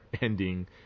ending